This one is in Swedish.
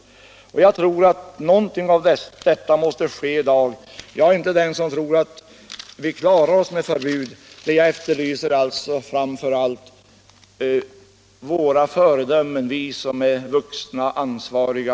Jag tror att någonting av detta måste ske i dag. Jag är inte den som tror att vi klarar oss med förbud, men jag efterlyser alltså framför allt föredömen från oss som är vuxna och ansvariga.